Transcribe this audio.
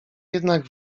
jednak